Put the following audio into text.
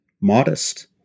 modest